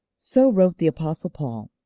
so wrote the apostle paul,